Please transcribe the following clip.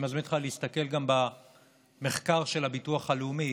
אני מזמין אותך להסתכל גם במחקר של הביטוח הלאומי,